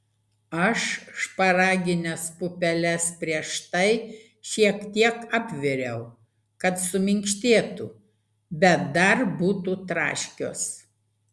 aš šparagines pupeles prieš tai šiek tiek apviriau kad suminkštėtų bet dar būtų traškios